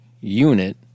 unit